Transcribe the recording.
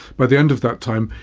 by the end of that time,